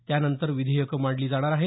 त्यानंतर विधेयकं मांडली जाणार आहेत